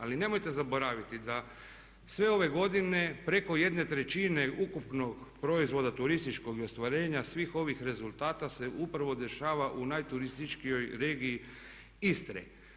Ali nemojte zaboraviti da sve ove godine preko jedne trećine ukupnog proizvoda turističkog i ostvarenja svih ovih rezultata se upravo dešava u najturističkijoj regiji Istre.